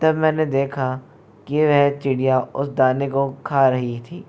तब मैंने देखा कि वह चिड़िया उस दाने को खा रही थी